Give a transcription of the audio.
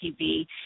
TV